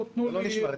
זה לא נשמע רציני.